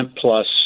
plus